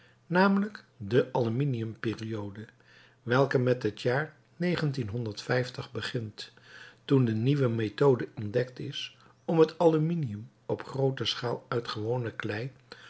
namelijk de aluminiumperiode welke met het jaar begint toen de nieuwe methode ontdekt is om het aluminium op groote schaal uit gewone klei